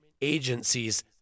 agencies